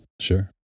sure